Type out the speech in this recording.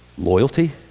Loyalty